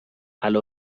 علی